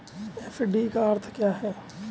FD का अर्थ क्या है?